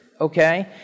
okay